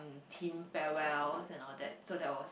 team farewell and all that so that was